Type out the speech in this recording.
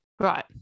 right